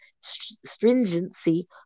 stringency